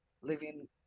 living